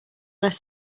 less